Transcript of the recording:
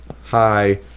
hi